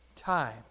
time